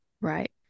Right